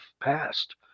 passed